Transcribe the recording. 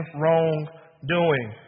wrongdoing